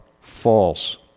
False